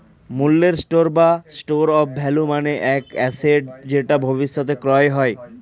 মূল্যের স্টোর বা store of value মানে এক অ্যাসেট যেটা ভবিষ্যতে ক্রয় হয়